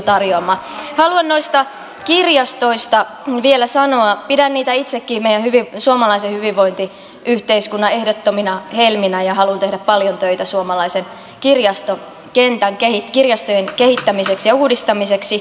haluan noista kirjastoista vielä sanoa että pidän niitä itsekin meidän suomalaisen hyvinvointiyhteiskuntamme ehdottomina helminä ja haluan tehdä paljon töitä suomalaisten kirjastojen kehittämiseksi ja uudistamiseksi